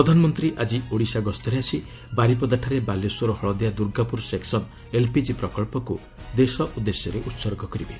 ପ୍ରଧାନମନ୍ତ୍ରୀ ଆକ୍ରି ଓଡ଼ିଶା ଗସ୍ତରେ ଆସି ବାରିପଦାଠାରେ ବାଲେଶ୍ୱର ହଳଦିଆ ଦୁର୍ଗାପୁର ସେକ୍କନ୍ ଏଲ୍ପିଜି ପ୍ରକଚ୍ଚକୁ ଦେଶ ଉଦ୍ଦେଶ୍ୟରେ ଉତ୍ସର୍ଗ କରିବେ